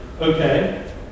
okay